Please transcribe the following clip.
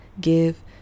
give